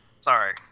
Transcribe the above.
Sorry